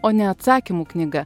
o ne atsakymų knyga